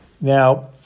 Now